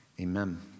Amen